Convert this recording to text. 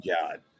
god